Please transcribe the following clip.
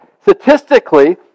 Statistically